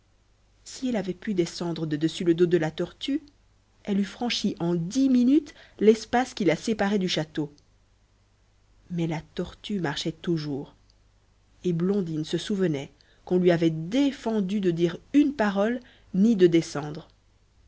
si elle avait pu descendre de dessus le dos de la tortue elle eût franchi en dix minutes l'espace qui la séparait du château mais la tortue marchait toujours et blondine se souvenait qu'on lui avait défendu de dire une parole ni de descendre